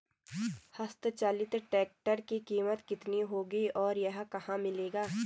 हस्त चलित ट्रैक्टर की कीमत कितनी होगी और यह कहाँ मिलेगा?